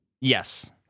Yes